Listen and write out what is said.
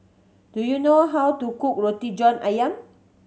do you know how to cook Roti John Ayam